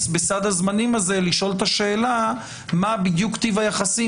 בסד הזמנים הזה לשאול את השאלה מה בדיוק טיב היחסים